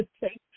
take